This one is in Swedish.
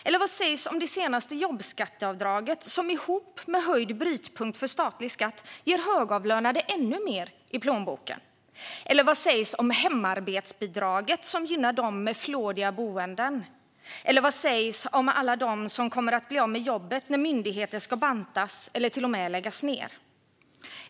Eller vad sägs om det senaste jobbskatteavdraget, som ihop med höjd brytpunkt för statlig skatt ger högavlönade ännu mer i plånboken? Vad sägs om hemarbetsbidraget, som gynnar dem med flådiga boenden? Vad sägs om alla som kommer att bli av med jobbet när myndigheter ska bantas eller till och med läggas ned?